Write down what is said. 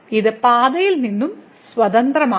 ഇത് പാതയിൽ നിന്ന് സ്വതന്ത്രമാണ്